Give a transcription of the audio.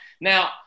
Now